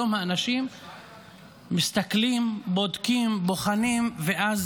היום האנשים מסתכלים, בודקים, בוחנים ואז,